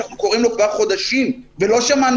שזה דבר שאנחנו קוראים לו כבר חודשים ולא שמענו